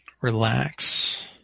relax